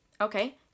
Okay